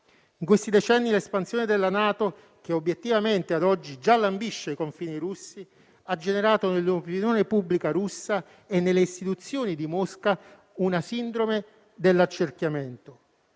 In questi decenni l'espansione della NATO, che obiettivamente a oggi già lambisce i confini russi, ha generato nell'opinione pubblica russa e nelle istituzioni di Mosca una sindrome dell'accerchiamento.